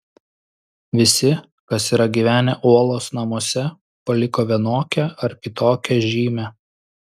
visi kas yra gyvenę uolos namuose paliko vienokią ar kitokią žymę